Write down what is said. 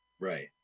Right